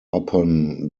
upon